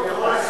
אורלי, זה